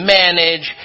manage